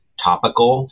topical